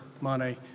money